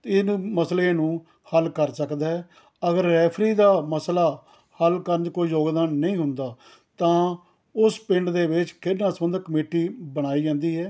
ਤੇ ਇਹਨੂੰ ਮਸਲੇ ਨੂੰ ਹੱਲ ਕਰ ਸਕਦਾ ਹੈ ਅਗਰ ਰੈਫ਼ਰੀ ਦਾ ਮਸਲਾ ਹੱਲ ਕਰਨ 'ਚ ਕੋਈ ਯੋਗਦਾਨ ਨਹੀਂ ਹੁੰਦਾ ਤਾਂ ਉਸ ਪਿੰਡ ਦੇ ਵਿੱਚ ਖੇਡਾਂ ਸਬੰਧਿਤ ਕਮੇਟੀ ਬਣਾਈ ਜਾਂਦੀ ਹੈ